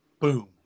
boom